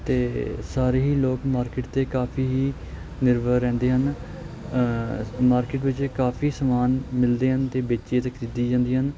ਅਤੇ ਸਾਰੇ ਹੀ ਲੋਕ ਮਾਰਕੀਟ 'ਤੇ ਕਾਫ਼ੀ ਹੀ ਨਿਰਭਰ ਰਹਿੰਦੇ ਹਨ ਮਾਰਕੀਟ ਵਿੱਚ ਕਾਫ਼ੀ ਸਮਾਨ ਮਿਲਦੇ ਹਨ ਅਤੇ ਵੇਚੇ ਅਤੇ ਖਰੀਦੀ ਜਾਂਦੀ ਹਨ